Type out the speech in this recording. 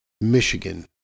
Michigan